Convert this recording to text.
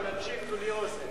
אני מקשיב, כולי אוזן.